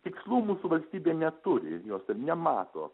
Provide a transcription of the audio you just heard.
tikslų mūsų valstybė neturi ir jos ir nemato